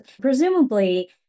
presumably